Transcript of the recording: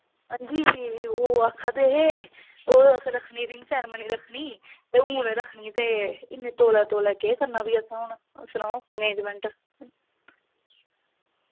हां जी ओह् आक्खा दे हे ओह् असें रक्खनी रिंग सेरामनी रक्खनी ते हून रक्खनी ते इ'न्नी तौला तौला केह् करना फ्ही असें हून सनाओ इंगेजमैंट